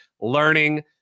Learning